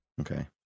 okay